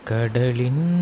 Kadalin